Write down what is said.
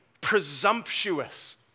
presumptuous